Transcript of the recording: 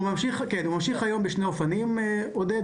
הוא ממשיך היום בשני אופנים, עודד.